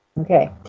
Okay